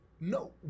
No